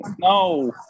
No